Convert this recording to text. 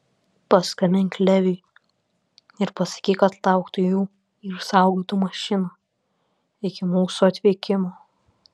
paskambink leviui ir pasakyk kad lauktų jų ir saugotų mašiną iki mūsų atvykimo